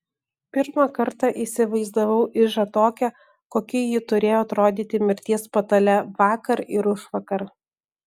pirmą kartą įsivaizdavau ižą tokią kokia ji turėjo atrodyti mirties patale vakar ir užvakar